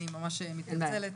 אני פשוט מתנצלת,